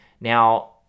Now